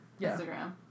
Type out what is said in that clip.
Instagram